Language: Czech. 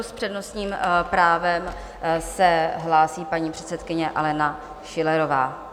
S přednostním právem se hlásí paní předsedkyně Alena Schillerová.